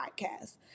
Podcast